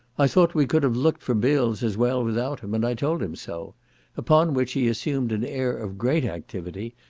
i thought we could have looked for bills as well without him, and i told him so upon which he assumed an air of great activity,